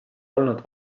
olnud